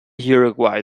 uruguay